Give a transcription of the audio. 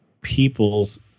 people's